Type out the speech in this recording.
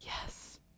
Yes